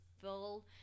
full